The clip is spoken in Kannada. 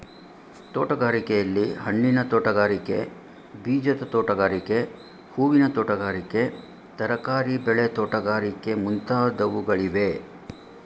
ತೋಟಗಾರಿಕೆಯಲ್ಲಿ, ಹಣ್ಣಿನ ತೋಟಗಾರಿಕೆ, ಬೀಜದ ತೋಟಗಾರಿಕೆ, ಹೂವಿನ ತೋಟಗಾರಿಕೆ, ತರಕಾರಿ ಬೆಳೆ ತೋಟಗಾರಿಕೆ ಮುಂತಾದವುಗಳಿವೆ